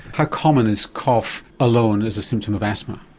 how common is cough alone as a symptom of asthma?